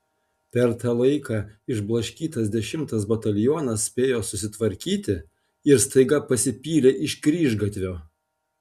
per tą laiką išblaškytas dešimtas batalionas spėjo susitvarkyti ir staiga pasipylė iš kryžgatvio